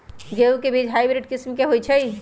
गेंहू के बीज हाइब्रिड किस्म के होई छई?